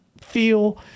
feel